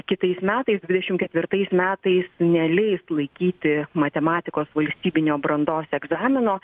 kitais metais dvidešimt ketvirtais metais neleis laikyti matematikos valstybinio brandos egzamino